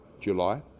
July